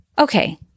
Okay